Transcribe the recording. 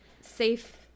safe